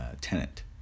tenant